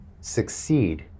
succeed